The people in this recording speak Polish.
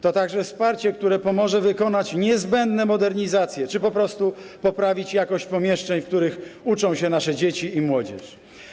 To także wsparcie, które pomoże wykonać niezbędne modernizacje czy po prostu poprawić jakość pomieszczeń, w których uczą się nasze dzieci i młodzież.